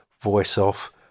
voice-off